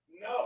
No